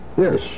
Yes